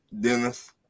Dennis